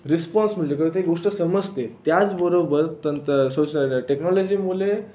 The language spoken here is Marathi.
रिस्पॉन्स मिळतो प्रत्येक गोष्ट समजते त्याचबरोबर तंत्र सोसाईटी टेक्नॉलॉजीमुळे